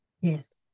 Yes